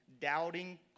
doubting